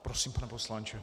Prosím, pane poslanče.